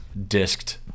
Disced